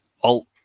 alt